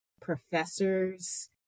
professors